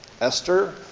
Esther